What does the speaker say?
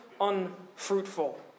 unfruitful